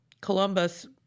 Columbus